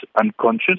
unconscious